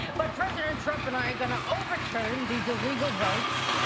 but president trump and i are going to overturn these illegal votes.